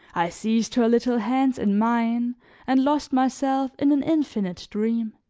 i seized her little hands in mine and lost myself in an infinite dream.